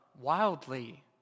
wildly